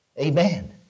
Amen